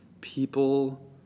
people